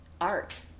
art